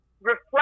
Reflect